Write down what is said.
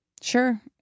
sure